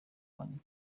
kanjye